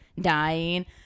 dying